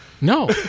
No